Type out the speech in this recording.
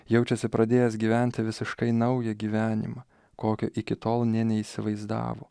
jaučiasi pradėjęs gyventi visiškai naują gyvenimą kokio iki tol nė neįsivaizdavo